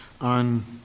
On